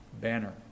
Banner